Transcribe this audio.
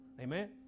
Amen